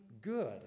good